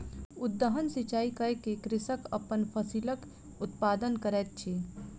उद्वहन सिचाई कय के कृषक अपन फसिलक उत्पादन करैत अछि